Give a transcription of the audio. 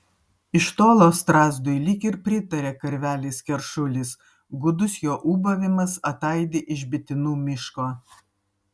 iš tolo strazdui lyg ir pritaria karvelis keršulis gūdus jo ūbavimas ataidi iš bitinų miško